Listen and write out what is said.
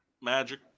Magic